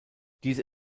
diese